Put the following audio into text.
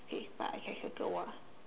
okay but I can circle one